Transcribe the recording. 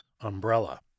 umbrella